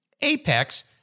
Apex